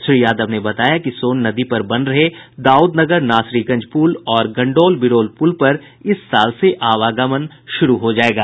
श्री यादव ने बताया कि सोन नदी पर बन रहे दाउदनगर नासरीगंज पुल और गंडौल बिरौल पुल पर इस साल से आवागमन शुरू हो जायेगा